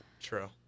True